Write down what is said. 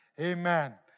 Amen